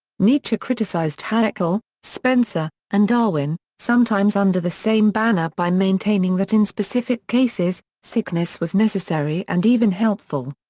nietzsche criticized haeckel, spencer, and darwin, sometimes under the same banner by maintaining that in specific cases, sickness was necessary and even helpful.